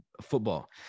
football